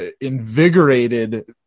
invigorated